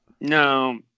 No